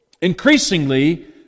Increasingly